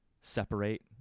separate